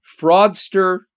fraudster